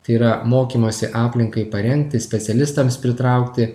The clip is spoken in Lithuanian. tai yra mokymosi aplinkai parengti specialistams pritraukti